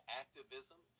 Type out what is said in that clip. activism